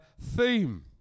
theme